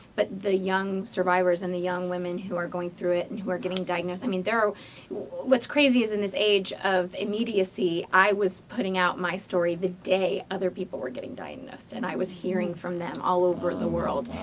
but, the young survivors, and young women who are going through it, and who are getting diagnosed. i mean, there are what's crazy in this age of immediacy, i was putting out my story the day other people were getting diagnosed. and, i was hearing from them all over the world.